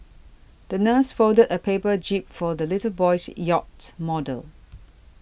the nurse folded a paper jib for the little boy's yacht model